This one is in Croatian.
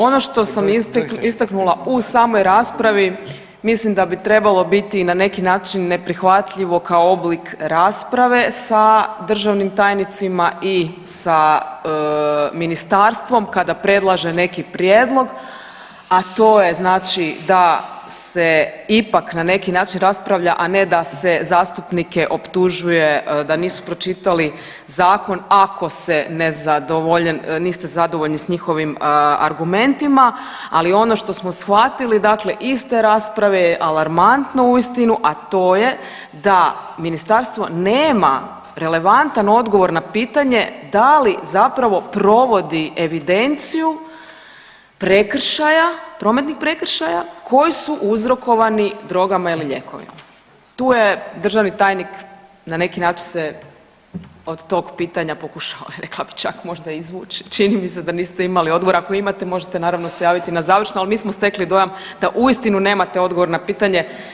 Ono što sam istaknula u samoj raspravi mislim da bi trebalo biti i na neki način neprihvatljivo kao oblik rasprave sa državnim tajnicima i sa ministarstvom kada predlaže neki prijedlog, a to je znači da se ipak na neki način raspravlja, a ne da se zastupnike optužuje da nisu pročitali zakon ako se ne zadovolje, niste zadovoljni s njihovim argumentima ali ono što smo shvatili dakle iz te rasprave je alarmantno uistinu, a to je da ministarstvo nema relevantan odgovor na pitanje da li zapravo provodi evidenciju prekršaja, prometnih prekršaja koji su uzrokovani drogama ili lijekovima, tu je državni tajnik, na neki način se od tog pitanja pokušavao rekla bih čak možda i izvući, čini mi se da niste imali odgovor, ako imate možete naravno se javiti na završno, al mi smo stekli dojam da uistinu nemate odgovor na pitanje.